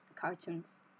cartoons